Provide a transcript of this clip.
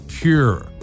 Pure